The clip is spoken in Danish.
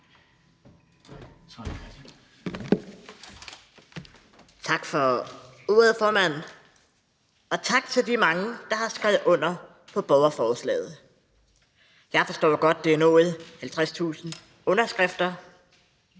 Tak for ordet, formand, og tak til de mange, der har skrevet under på borgerforslaget. Jeg forstår godt, at det har nået 50.000 underskrifter.